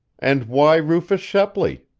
and why rufus shepley?